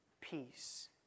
peace